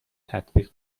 تطبیق